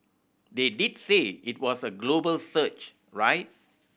they did say it was a global search right